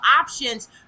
options